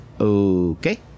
okay